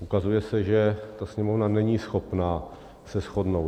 Ukazuje se, že Sněmovna není schopná se shodnout.